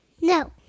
No